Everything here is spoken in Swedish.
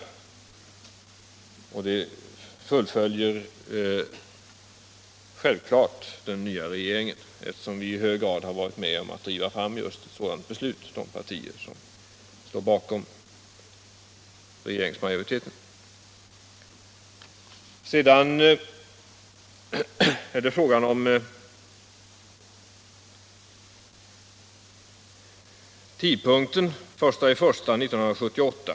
Det beslutet fullföljer självfallet regeringen, eftersom de partier som står bakom regeringsmajoriteten i så hög grad har varit med om att driva fram ett sådant beslut. Sedan är det frågan om tidpunkten den 1 januari 1978.